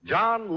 John